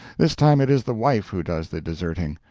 this time it is the wife who does the deserting.